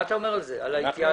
מה אתה אומר על זה, על ההתייעלות?